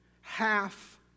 Half